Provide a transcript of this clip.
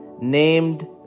named